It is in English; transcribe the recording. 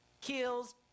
kills